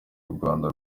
urwanda